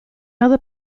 other